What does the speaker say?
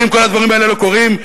ואם כל הדברים האלה לא קורים,